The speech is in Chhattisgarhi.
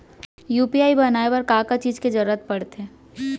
यू.पी.आई बनाए बर का का चीज के जरवत पड़थे?